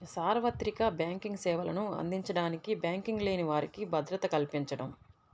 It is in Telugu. సార్వత్రిక బ్యాంకింగ్ సేవలను అందించడానికి బ్యాంకింగ్ లేని వారికి భద్రత కల్పించడం